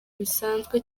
bisanzwe